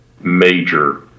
major